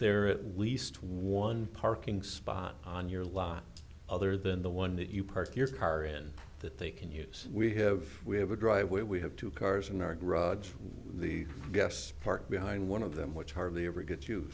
there at least one parking spot on your lot other than the one that you park your car in that they can use we have we have a driveway we have two cars in our grudge the guest parked behind one of them which hardly ever get you